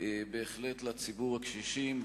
בהחלט לציבור הקשישים,